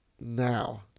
Now